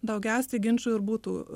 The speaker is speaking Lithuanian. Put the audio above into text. daugiausiai ginčų ir būtų